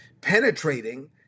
penetrating